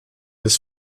des